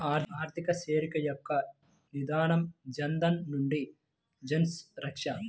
ఆర్థిక చేరిక యొక్క నినాదం జనధన్ నుండి జన్సురక్ష